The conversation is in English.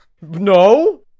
No